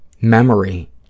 memory